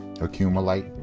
accumulate